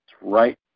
right